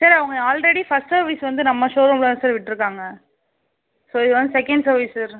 sir அவங்க already first service நம்ம ஷோரூமில் தான் சார் விட்டுருக்காங்க so you want second service sir